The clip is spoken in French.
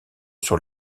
sur